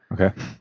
okay